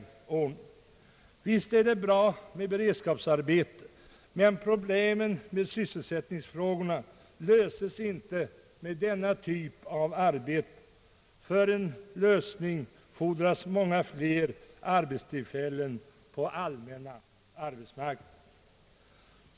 Visst är det bra med beredskapsarbete, men sysselsättningsproblemen löses inte med denna typ av arbete; för en lösning fordras många fler arbetstillfällen på den allmänna arbetsmarknaden.